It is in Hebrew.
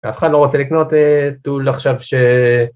אף אחד לא רוצה לקנות תול עכשיו ש...